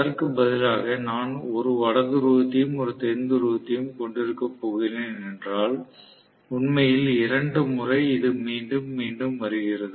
அதற்கு பதிலாக நான் ஒரு வட துருவத்தையும் தென் துருவத்தையும் கொண்டிருக்கப் போகிறேன் என்றால் உண்மையில் இரண்டு முறை இது மீண்டும் மீண்டும் வருகிறது